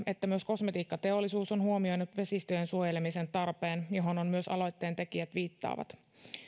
että myös kosmetiikkateollisuus on huomioinut vesistöjen suojelemisen tarpeen johon myös aloitteentekijät viittaavat